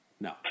No